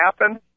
happen